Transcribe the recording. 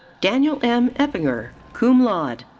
daniel m. eppinger, cum laude.